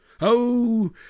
Oh